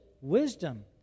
wisdom